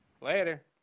Later